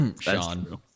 Sean